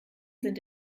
sind